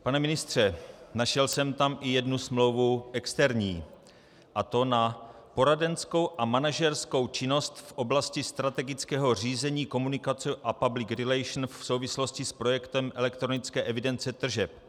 Pane ministře, našel jsem tam i jednu smlouvu externí, a to na poradenskou a manažerskou činnost v oblasti strategického řízení, komunikace a public relations v souvislosti s projektem elektronické evidence tržeb.